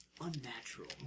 unnatural